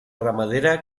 ramadera